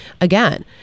again